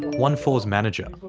onefour's manager,